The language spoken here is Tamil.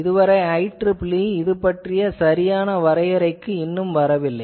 இதுவரை IEEE இது பற்றிய சரியான வரையறைக்கு இன்னும் வரவில்லை